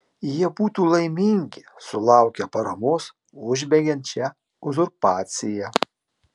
jie būtų laimingi sulaukę paramos užbaigiant šią uzurpaciją